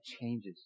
changes